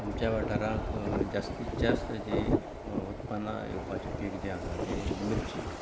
आमच्या वाठारांत जास्तिंत जास्त जीं उत्पन्ना येवपाचें पिक जें आसा तें मिर्ची